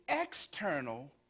external